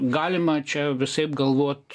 galima čia visaip galvot